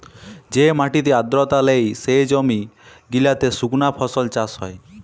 যে মাটিতে আদ্রতা লেই, সে জমি গিলাতে সুকনা ফসল চাষ হ্যয়